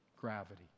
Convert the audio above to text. gravity